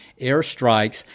airstrikes